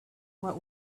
what